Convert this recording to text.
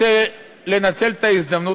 רוצה לנצל את ההזדמנות,